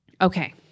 Okay